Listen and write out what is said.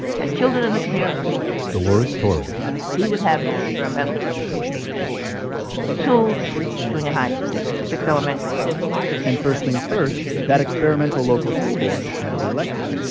had children in the community dolores torres we would have an experimental district of eight schools two junior high schools, six elementary schools and, first things first, that experimental local school board had to be elected.